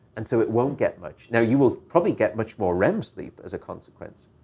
and so it won't get much. now you will probably get much more rem sleep as a consequence.